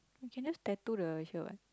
you can just tattoo the here what